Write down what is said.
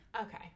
Okay